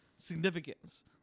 Significance